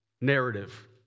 narrative